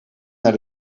naar